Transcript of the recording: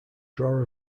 draw